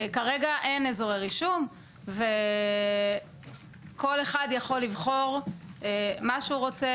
כרגע אין אזורי רישום וכל אחד יכול לבחור מה שהוא רוצה,